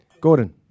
Gordon